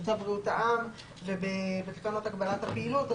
בצו בריאות העם ובתקנות הגבלת הפעילות.